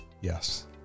Yes